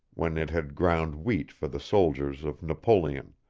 when it had ground wheat for the soldiers of napoleon